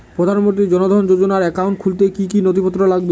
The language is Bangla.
প্রধানমন্ত্রী জন ধন যোজনার একাউন্ট খুলতে কি কি নথিপত্র লাগবে?